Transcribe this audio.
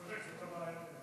אתה צודק, זאת הבעיה בזה.